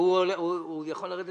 רק חודש?